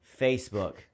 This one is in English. Facebook